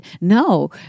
no